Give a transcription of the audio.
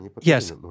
Yes